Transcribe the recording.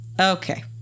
Okay